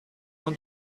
non